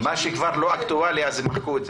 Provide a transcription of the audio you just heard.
מה שכבר לא אקטואלי, אז מחקו אותו.